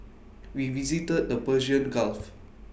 we visited the Persian gulf